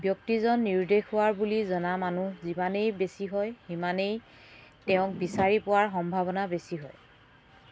ব্যক্তিজন নিৰুদ্দেশ হোৱা বুলি জনা মানুহ যিমানেই বেছি হয় সিমানেই তেওঁক বিচাৰি পোৱাৰ সম্ভাৱনা বেছি হয়